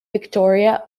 victoria